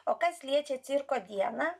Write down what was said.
o kas liečia cirko dieną